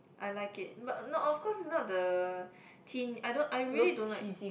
I like it but not of course it's not the teen I don't I really don't like